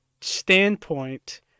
standpoint